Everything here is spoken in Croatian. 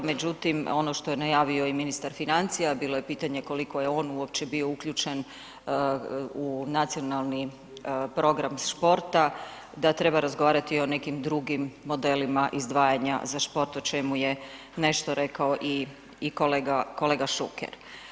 Međutim, ono što je najavio i ministar financija, bilo je pitanje koliko je on uopće bio uključen u Nacionalni program športa da treba razgovarati i o nekim drugim modelima izdvajanja za šport o čemu je nešto rekao i kolega Šuker.